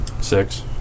Six